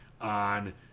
on